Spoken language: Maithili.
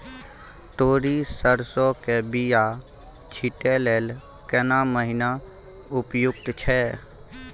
तोरी, सरसो के बीया छींटै लेल केना महीना उपयुक्त छै?